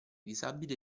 disabili